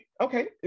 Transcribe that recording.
okay